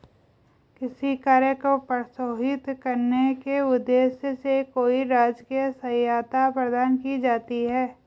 किसी कार्य को प्रोत्साहित करने के उद्देश्य से कोई राजकीय सहायता प्रदान की जाती है